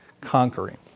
conquering